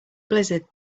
blizzard